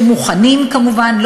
כאלה שמוכנים כמובן.